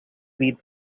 beat